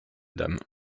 dames